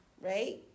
right